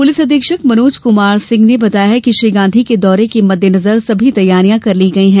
police अधीक्षक मनोज कुमार सिंह ने बताया कि श्री गांधी के दौरे के मद्देनजर सभी तैयारियां कर ली गई हैं